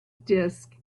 disk